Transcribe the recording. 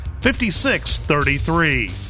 56-33